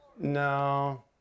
No